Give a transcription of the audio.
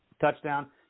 touchdown